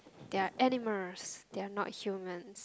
they are animals they are not human